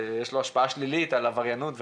שיש לו השפעה שלילית על עבריינות וכו'.